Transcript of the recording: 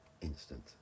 instant